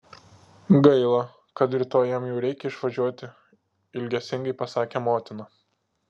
gaila kad rytoj jam jau reikia išvažiuoti ilgesingai pasakė motina